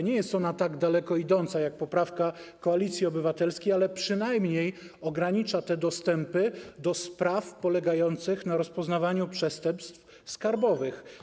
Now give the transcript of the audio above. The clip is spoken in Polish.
Nie jest ona tak daleko idąca jak poprawka Koalicji Obywatelskiej, ale przynajmniej ogranicza dostęp do spraw polegających na rozpoznawaniu przestępstw skarbowych.